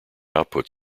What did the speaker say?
output